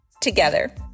together